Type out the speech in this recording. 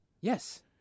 Yes